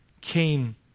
came